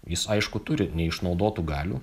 jis aišku turi neišnaudotų galių